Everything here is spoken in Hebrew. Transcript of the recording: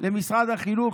למשרד החינוך.